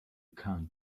can’t